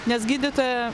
nes gydyta